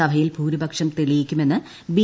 സഭയിൽ ഭൂരിപക്ഷം തെളിയിക്കുമെന്ന് ബി